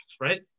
right